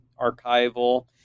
archival